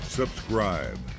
subscribe